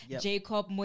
Jacob